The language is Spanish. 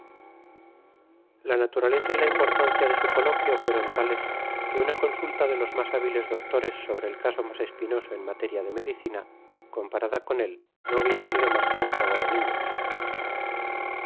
la naturaleza y la importancia de su coloquio fueron tar les que una consulta de los mas habiles doctores sobre el caso mas espinoso en materia de medicina comparada con él no hubiera sido mas que un juego de niños